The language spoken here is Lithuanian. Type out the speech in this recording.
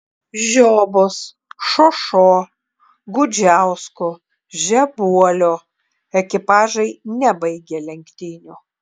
žiobos šošo gudžiausko žebuolio ekipažai nebaigė lenktynių